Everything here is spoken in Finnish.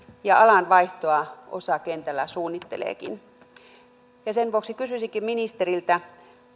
ja alanvaihtoa osa kentällä suunnitteleekin sen vuoksi kysyisinkin ministeriltä